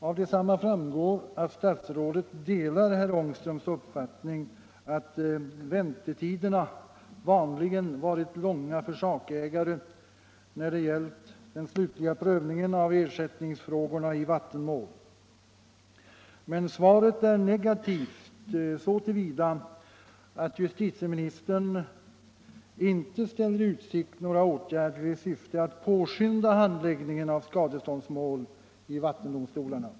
Av svaret framgår att statsrådet delar herr Ångströms uppfattning att väntetiderna vanligen har varit långa för sakägare när det gällt den slutliga prövningen av ersättningsfrågorna i vattenmål. Men svaret är negativt så till vida att justitieministern inte ställer i utsikt några åtgärder i syfte att påskynda handläggningen av skadeståndsmål i vattendomstolarna.